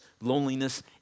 loneliness